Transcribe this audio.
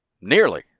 nearly